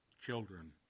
children